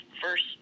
first